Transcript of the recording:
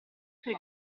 per